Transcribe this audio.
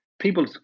people